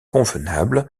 convenable